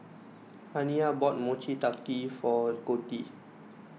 Aniya bought Mochi Taiyaki for Coty